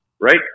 right